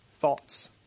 thoughts